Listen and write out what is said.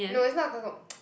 no it's not Ke-Kou